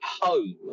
home